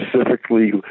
specifically